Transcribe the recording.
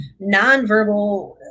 nonverbal